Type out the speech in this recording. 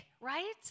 right